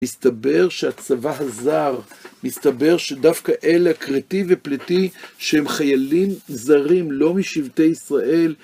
מסתבר שהצבא הזר, מסתבר שדווקא אלה, קריטי ופליטי, שהם חיילים זרים, לא משבטי ישראל.